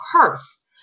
curse